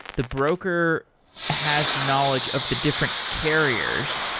the broker has knowledge of the different carriers,